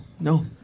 No